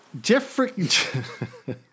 Jeffrey